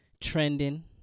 trending